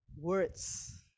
words